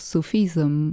Sufism